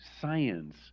science